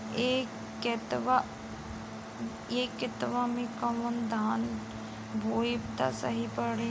ए खेतवा मे कवन धान बोइब त सही पड़ी?